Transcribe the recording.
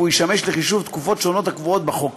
והוא ישמש לחישוב תקופות שונות הקבועות בחוק,